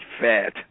fat